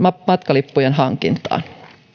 matkalippujen hankintaan